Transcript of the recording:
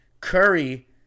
Curry